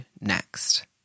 next